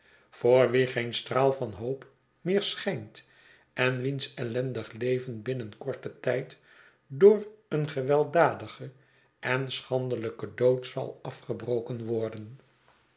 voor wien geen straal van hoop meer schijnt en wiens ellendig leven binnen korten tijd door een gewelddadigen en schandelijken dood zal afgebroken worden